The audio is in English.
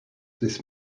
this